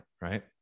right